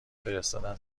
فرستادن